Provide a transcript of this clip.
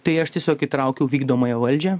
tai aš tiesiog įtraukiau vykdomąją valdžią